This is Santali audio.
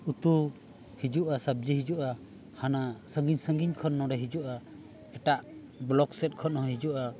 ᱩᱛᱩ ᱦᱤᱡᱩᱜᱼᱟ ᱥᱚᱵᱽᱡᱤ ᱦᱤᱡᱩᱜᱼᱟ ᱦᱟᱱᱟ ᱥᱟᱺᱜᱤᱧ ᱥᱟᱺᱜᱤᱧ ᱠᱷᱚᱱ ᱱᱚᱸᱰᱮ ᱦᱤᱡᱩᱜᱼᱟ ᱮᱴᱟᱜ ᱵᱞᱚᱠ ᱥᱮᱫ ᱠᱷᱚᱱ ᱦᱚᱸ ᱦᱤᱡᱩᱜᱼᱟ